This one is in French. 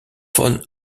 von